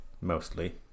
mostly